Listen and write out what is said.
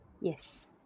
Yes